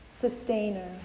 sustainer